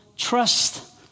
Trust